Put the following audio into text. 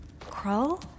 Crow